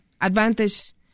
advantage